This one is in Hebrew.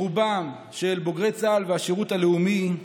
רובם של בוגרי צה"ל והשירות הלאומי,